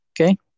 Okay